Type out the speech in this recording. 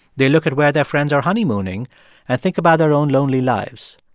they look at where their friends are honeymooning and think about their own lonely lives.